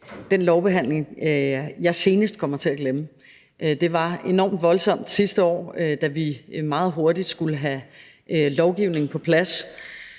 den lovbehandling, jeg senest kommer til at glemme. Det var enormt voldsomt sidste år, da vi meget hurtigt skulle have lovgivning på plads,